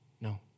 No